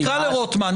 זה עם הציבור כולו.